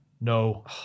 No